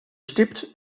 stipt